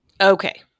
okay